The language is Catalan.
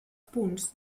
punts